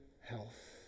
health